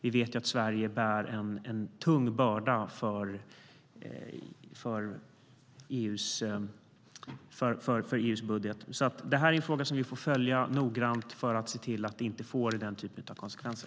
Vi vet ju att Sverige bär en tung börda för EU:s budget. Detta är en fråga som vi får följa noggrant för att se till att det inte blir den typen av konsekvenser.